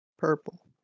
Purple